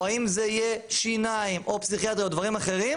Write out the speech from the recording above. האם זה יהיה שיניים או פסיכיאטר או דברים אחרים,